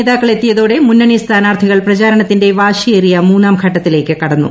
നേതാക്കളെത്തിയതോടെ ദേശീയ മുന്നണി സ്ഥാനാർത്ഥികൾ പ്രചാരണത്തിന്റെ വാശിയേറിയ മൂന്നാംഘട്ടത്തിലേയ്ക്ക് കടന്നു